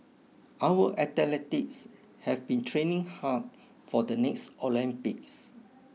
our athletes have been training hard for the next Olympics